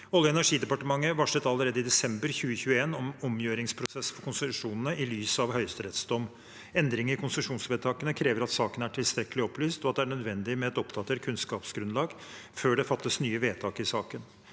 Olje- og energidepartementet varslet allerede i desember 2021 en omgjøringsprosess for konsesjonene i lys av høyesterettsdommen. Endring i konsesjonsvedtakene krever at saken er tilstrekkelig opplyst, og det er nødvendig med et oppdatert kunnskapsgrunnlag før det fattes nye vedtak i saken.